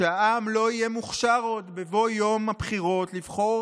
שהעם לא יהיה מוכשר עוד בבוא יום הבחירות לבחור